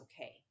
okay